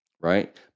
right